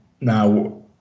Now